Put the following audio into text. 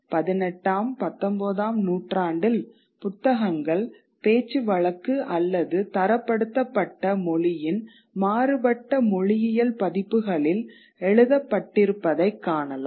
18 ஆம் 19 ஆம் நூற்றாண்டில் புத்தகங்கள் பேச்சுவழக்கு அல்லது தரப்படுத்தப்பட்ட மொழியின் மாறுபட்ட மொழியியல் பதிப்புகளில் எழுதப்பட்டிருப்பதைக் காணலாம்